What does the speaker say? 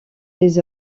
les